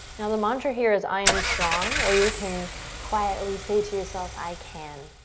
the mantra here is, i am strong, or you can quietly say to yourself, i can,